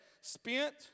spent